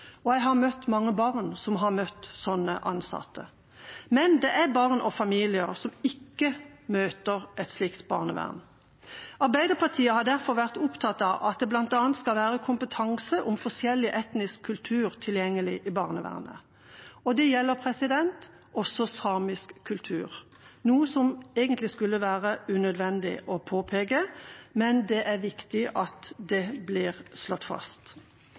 og jeg har møtt mange barn som har møtt sånne ansatte. Men det er barn og familier som ikke møter et slikt barnevern. Arbeiderpartiet har derfor vært opptatt av at det bl.a. skal være kompetanse om forskjellige etniske kulturer tilgjengelig i barnevernet. Det gjelder også samisk kultur, noe som egentlig skulle være unødvendig å påpeke, men det er viktig at det blir slått fast.